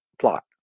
plot